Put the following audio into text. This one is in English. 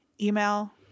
email